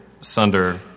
Sunder